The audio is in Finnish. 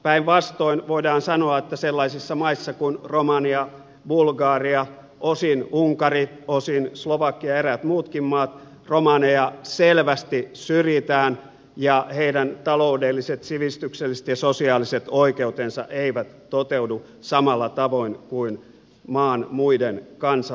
päinvastoin voidaan sanoa että sellaisissa maissa kuin romania bulgaria osin unkari osin slovakia ja eräissä muissakin maissa romaneja selvästi syrjitään ja heidän taloudelliset sivistykselliset ja sosiaaliset oikeutensa eivät toteudu samalla tavoin kuin maan muiden kansalaisten